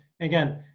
again